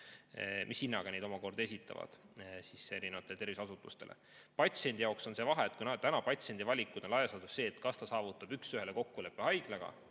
mis hinnaga nad neid omakorda esitavad erinevatele tervishoiuasutustele. Patsiendi jaoks on see vahe, et täna patsiendi valik on laias laastus see, kas ta saavutab üks ühele kokkuleppe haiglaga